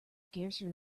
scarcer